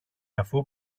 αφού